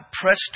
press